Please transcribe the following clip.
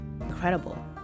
Incredible